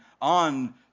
on